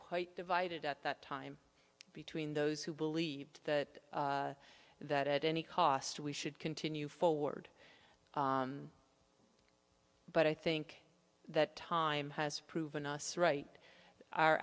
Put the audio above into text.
quite divided at that time between those who believed that that at any cost we should continue forward but i think that time has proven us right our